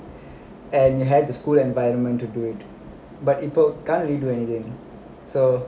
and you had the school environment to do it but people can't really do anything so